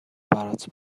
برات